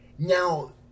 Now